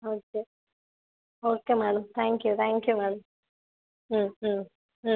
okay okay madam thank you thank you madam